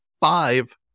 five